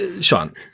Sean